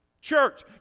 Church